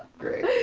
great.